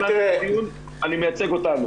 הזמינו אותי --- אני מייצג אותנו.